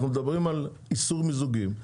אנחנו מדברים על איסור מיזוגים,